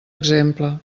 exemple